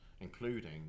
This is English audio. Including